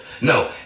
No